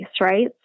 right